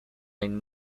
این